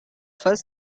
first